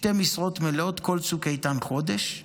שתי משרות מלאות בכל צוק איתן במשך חודש.